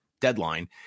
deadline